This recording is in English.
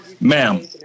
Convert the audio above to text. Ma'am